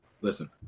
Listen